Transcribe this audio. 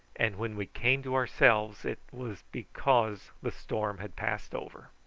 and when we came to ourselves it was because the storm had passed over.